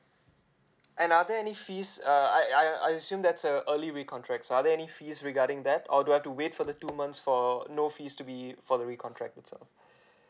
another any fees err I I I assume that's err early recontract so are there any fees regarding that or do I have to wait for the two months for no fees to be for the recontract itself